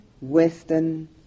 Western